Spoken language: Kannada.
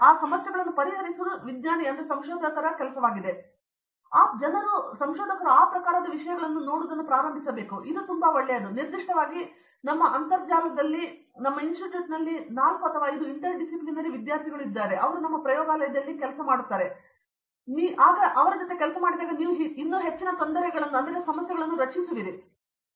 ಆದ್ದರಿಂದ ಜನರು ಆ ಪ್ರಕಾರದ ವಿಷಯಗಳನ್ನು ನೋಡುವುದನ್ನು ಪ್ರಾರಂಭಿಸಬೇಕು ಮತ್ತು ಇದು ತುಂಬಾ ಒಳ್ಳೆಯದು ಮತ್ತು ನಿರ್ದಿಷ್ಟವಾಗಿ ನಮ್ಮ ಅಂತರಜಾಲತಾಣದಲ್ಲಿ ನಮ್ಮ ಇನ್ಸ್ಟಿಟ್ಯೂಟ್ನಲ್ಲಿ 4 ಅಥವಾ 5 ಇಂಟರ್ಡಿಸ್ಪಿಲಿನರಿ ವಿದ್ಯಾರ್ಥಿಗಳು ನಮ್ಮ ಪ್ರಯೋಗಾಲಯದಲ್ಲಿ ಇಂದು ಅಸ್ತಿತ್ವದಲ್ಲಿದ್ದಾರೆ ಮತ್ತು ನೀವು ಇನ್ನೂ ಹೆಚ್ಚಿನ ತೊಂದರೆಗಳನ್ನು ರಚಿಸುತ್ತಿರುವಿರಿ